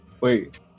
Wait